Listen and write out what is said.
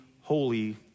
holy